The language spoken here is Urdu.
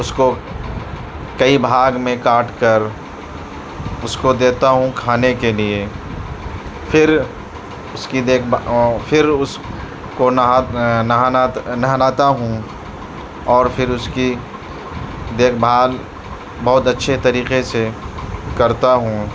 اس کو کئی بھاگ میں کاٹ کر اس کو دیتا ہوں کھانے کے لیے پھر اس کی دیکھ بھا پھر اس کو نہا نہلاتا ہوں اور پھر اس کی دیکھ بھال بہت اچھے طریقے سے کرتا ہوں